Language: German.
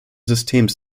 systems